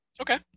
okay